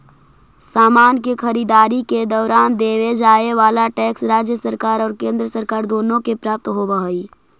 समान के खरीददारी के दौरान देवे जाए वाला टैक्स राज्य सरकार और केंद्र सरकार दोनो के प्राप्त होवऽ हई